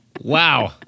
Wow